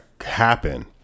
happen